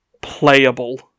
Playable